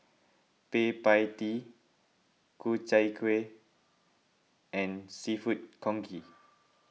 Kueh Pie Tee Ku Chai Kuih and Seafood Congee